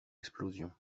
explosion